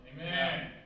Amen